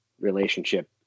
relationship